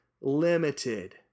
limited